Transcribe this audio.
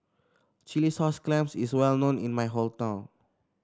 Chilli Sauce Clams is well known in my hometown